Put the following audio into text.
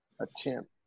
attempt